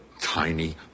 tiny